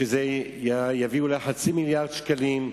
שזה יביא חצי מיליארד שקלים,